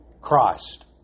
Christ